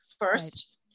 first